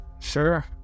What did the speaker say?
Sure